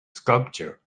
sculpture